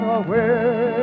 away